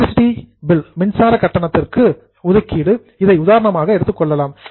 electricity charges மின்சார கட்டணத்திற்கு provision ஏற்பாடு அல்லது ஒதுக்கீடு இதை உதாரணமாக எடுத்துக் கொள்ளலாம்